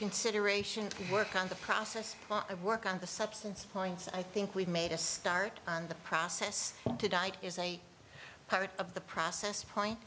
consideration to work on the process of work on the substance points i think we've made a start on the process is a part of the process point